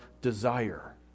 desire